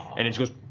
and it goes